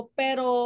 pero